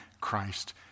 Christ